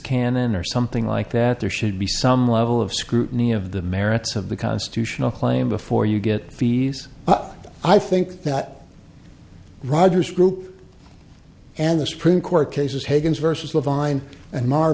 canon or something like that there should be some level of scrutiny of the merits of the constitutional claim before you get fees but i think that roger's group and the supreme court cases hagan's versus the vine and mar